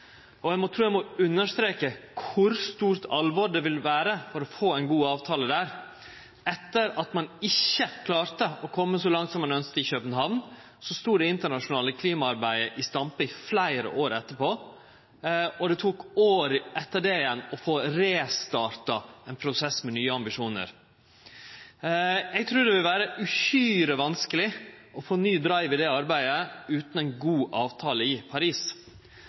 få ein god avtale der. Etter at ein ikkje klarte å kome så langt som ein ønskte i København, stod det internasjonale klimaarbeidet i stampe i fleire år etterpå, og det tok år etter det igjen å få restarta ein prosess med nye ambisjonar. Eg trur det vil vere uhyre vanskeleg å få ny drive i det arbeidet utan ein god avtale i Paris.